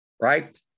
right